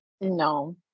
No